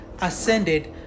ascended